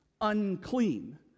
unclean